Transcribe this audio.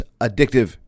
addictive